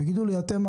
תגידו לי אתם,